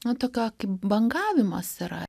nu tokio kaip bangavimas yra